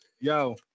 yo